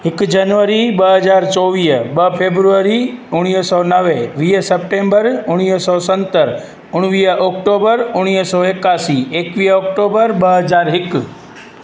हिकु जनवरी ॿ हज़ार चोवीह ॿ फेब्रुवरी उणिवीह सौ नवे वीह सेप्टेम्बर उणिवीह सौ सतरि उणिवीह ऑक्टोबर उणिवीह सौ एकासी एकवीह अक्टूबर ॿ हज़ार हिकु